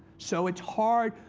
so it's hard.